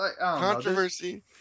Controversy